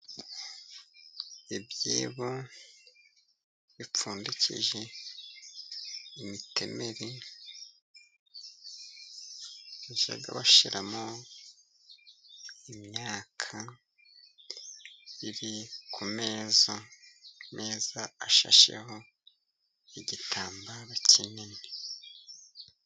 Ibyibo bipfundikije imitemeri bajya bashiramo imyaka iri ku meza meza ashasheho igitambaro kinini.